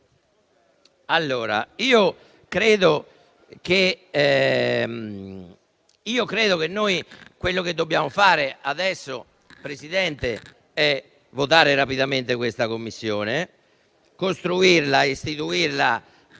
Credo che quello che dobbiamo fare adesso, Presidente, è votare rapidamente questa Commissione, istituirla